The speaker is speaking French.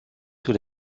sur